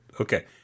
Okay